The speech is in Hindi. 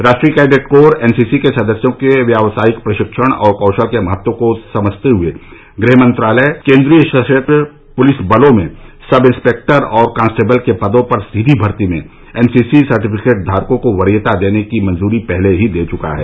राष्ट्रीय कैडेट कोर एनसीसी के सदस्यों के व्यावसायिक प्रशिक्षण और कौशल के महत्व को समझते हुए गृह मंत्रालय केंद्रीय सशस्त्र पुलिस बलों में सब इंस्पेक्टर और कांस्टेबल के पदों पर सीधी भर्ती में एनसीसी सर्टिफिकेट धारकों को वरीयता देने की मंजूरी पहले ही दे चुका है